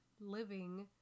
living